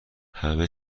همه